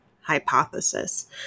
hypothesis